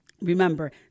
Remember